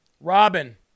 Robin